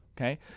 Okay